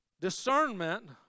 discernment